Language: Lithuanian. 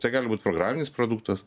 tai gali būt programinis produktas